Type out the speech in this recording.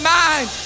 mind